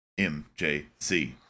mjc